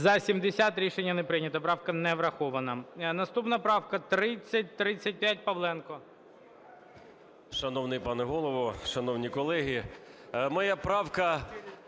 За-70 Рішення не прийнято. Правка не врахована. Наступна правка 3035, Павленко.